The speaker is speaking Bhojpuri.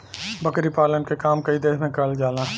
बकरी पालन के काम कई देस में करल जाला